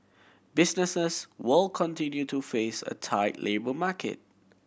businesses will continue to face a tight labour market